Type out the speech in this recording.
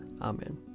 Amen